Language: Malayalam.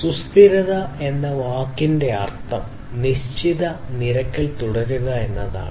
സുസ്ഥിരത എന്ന വാക്കിന്റെ അർത്ഥം ഒരു നിശ്ചിത നിരക്കിൽ തുടരുക എന്നാണ്